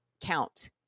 count